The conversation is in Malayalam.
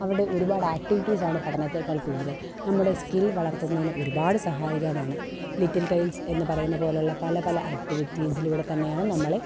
അവിടെ ഒരുപാട് ആക്ടിവിറ്റീസാണ് പഠനത്തേക്കാൾ കൂടുതൽ നമ്മുടെ സ്കിൽ വളർത്തുന്നതിന് ഒരുപാട് സഹായകമാണ് ലിറ്റിൽ ടൈംസ് എന്നു പറയുന്ന പോലുള്ള പല പല ആക്ടിവിറ്റീസിലൂടെ തന്നെയാണ് നമ്മൾ